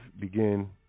begin